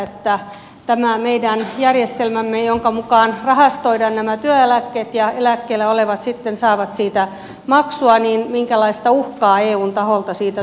kun tämän meidän järjestelmämme mukaan rahastoidaan nämä työeläkkeet ja eläkkeellä olevat sitten saavat siitä maksua niin minkälaista uhkaa eun taholta sitä kohtaan tulee